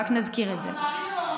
רק נזכיר את זה.